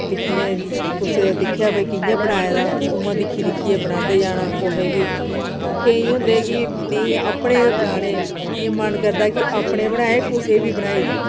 दिक्खने कुसै दा दिक्खेआ भाई कियां बनाए दा उ'यां दिक्खी दिक्खियै बनांदे जाना कुसै बी केईं होंदे कि नेईं अपने गै बनाने इ'यां मन करदा कि अपने बनाए कुसै बी बनाई देओ